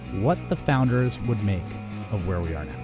what the founders would make of where we are now.